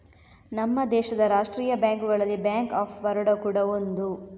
ನಮ್ಮ ದೇಶದ ರಾಷ್ಟೀಯ ಬ್ಯಾಂಕುಗಳಲ್ಲಿ ಬ್ಯಾಂಕ್ ಆಫ್ ಬರೋಡ ಕೂಡಾ ಒಂದು